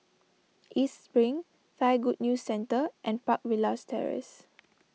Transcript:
East Spring Thai Good News Centre and Park Villas Terrace